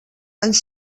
anys